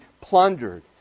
plundered